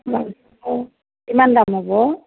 কিমান দাম হ'ব